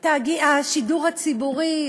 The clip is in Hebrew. השידור הציבורי,